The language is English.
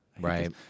Right